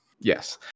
Yes